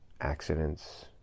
accidents